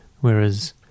whereas